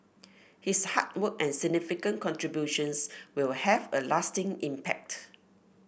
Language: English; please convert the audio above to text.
his hard work and significant contributions will have a lasting impact